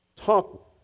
talk